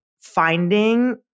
finding